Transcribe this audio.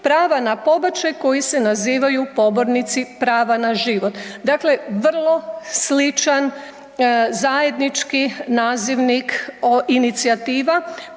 prava na pobačaj koji se nazivaju „pobornici prava na život“. Dakle, vrlo sličan zajednički nazivnik o inicijativa